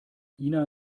ina